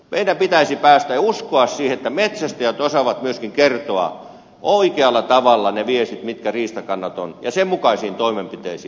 meidän pitäisi uskoa se että metsästäjät osaavat myöskin kertoa oikealla tavalla ne viestit mitä riistakannat ovat ja päästä sen mukaisiin toimenpiteisiin